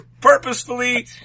purposefully